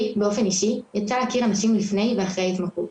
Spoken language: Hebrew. לי באופן אישי יצא להכיר אנשים לפני ואחרי ההתמכרות,